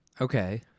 Okay